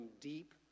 deep